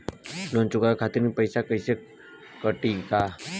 Loan चुकावे खातिर पईसा खाता से कटी का?